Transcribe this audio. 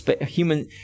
human